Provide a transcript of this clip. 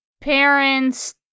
parents